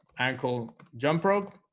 uncle jump rope